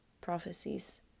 prophecies